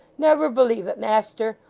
never believe it, master.